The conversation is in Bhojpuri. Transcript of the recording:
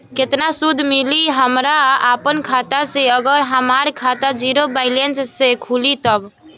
केतना सूद मिली हमरा अपना खाता से अगर हमार खाता ज़ीरो बैलेंस से खुली तब?